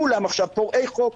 כולם עכשיו פורעי חוק.